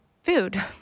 food